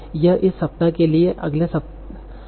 यह इस सप्ताह के लिए है